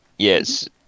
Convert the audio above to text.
yes